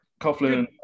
Coughlin